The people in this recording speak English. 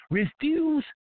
refuse